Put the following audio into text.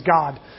God